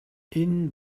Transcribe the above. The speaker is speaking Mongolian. энэ